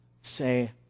Say